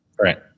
Right